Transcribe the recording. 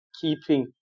keeping